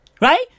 Right